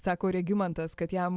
sako regimantas kad jam